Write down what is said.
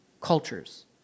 cultures